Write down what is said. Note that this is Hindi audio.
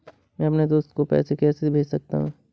मैं अपने दोस्त को पैसे कैसे भेज सकता हूँ?